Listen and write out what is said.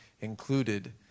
included